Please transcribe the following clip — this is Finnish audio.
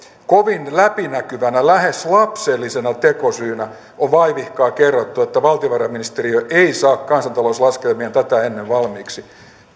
kovin läpinäkyvänä lähes lapsellisena tekosyynä on vaivihkaa kerrottu että valtiovarainministeriö ei saa kansantalouslaskelmiaan tätä ennen valmiiksi